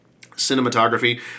Cinematography